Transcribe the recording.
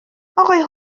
اقای